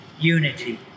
unity